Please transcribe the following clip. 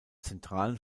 zentralen